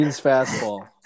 fastball